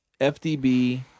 FDB